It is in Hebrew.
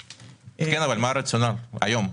כן, אבל מה הרציונל היום?